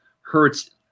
Hurts